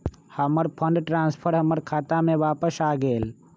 हमर fund transfer हमर खाता में वापस आ गेल